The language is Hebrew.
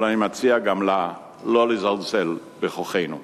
אבל אני מציע גם לה לא לזלזל בכוחנו.